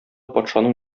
патшаның